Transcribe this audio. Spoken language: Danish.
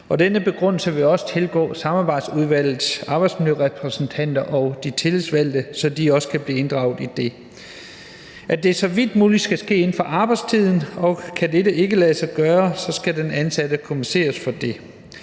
denne begrundelse vil også tilgå samarbejdsudvalget, arbejdsmiljørepræsentanterne og de tillidsvalgte, så de også kan blive inddraget i det. Det skal så vidt muligt ske inden for arbejdstiden, og kan dette ikke lade sig gøre, skal den ansatte kompenseres for det.